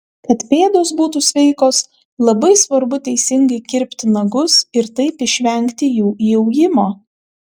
kad pėdos būtų sveikos labai svarbu teisingai kirpti nagus ir taip išvengti jų įaugimo